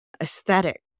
aesthetic